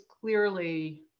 clearly